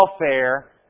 welfare